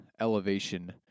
Elevation